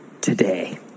today